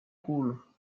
kuul